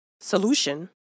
solution